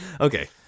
Okay